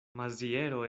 maziero